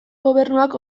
gobernuak